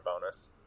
bonus